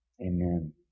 amen